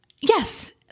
Yes